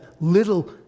little